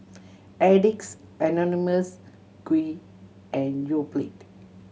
Addicts Anonymous Qoo and Yoplait